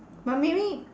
but maybe